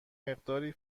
مقداری